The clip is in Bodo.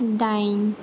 दाइन